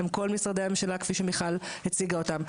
הם כל משרדי הממשלה, כפי שמיכל הציגה אותם.